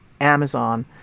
Amazon